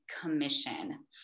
Commission